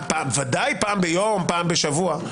ודאי פעם ביום, פעם בשבוע.